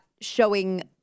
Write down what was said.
showing –